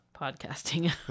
podcasting